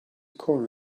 core